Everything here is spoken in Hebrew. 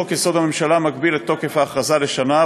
חוק-יסוד: הממשלה מגביל את תוקף ההכרזה לשנה,